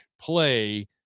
play